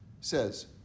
says